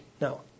No